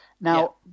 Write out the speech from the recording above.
Now